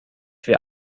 wir